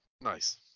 Nice